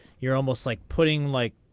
you're almost like putting like.